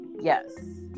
Yes